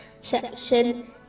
section